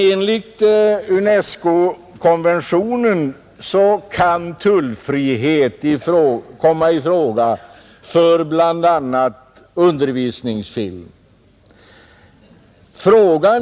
Enligt UNESCO-konventionen kan tullfrihet komma i fråga för bl.a. undervisningsfilm.